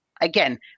again